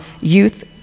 youth